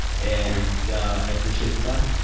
and i appreciate the time.